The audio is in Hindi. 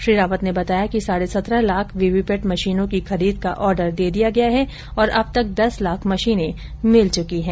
श्री रावत ने बताया कि साढ़े सत्रह लाख वीवीपैट मशीनों की खरीद का ऑर्डर दे दिया गया है और अब तक दस लाख मशीनें मिल चुकी हैं